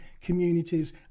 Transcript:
communities